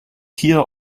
tiere